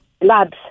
labs